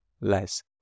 less